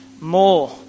more